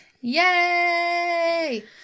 Yay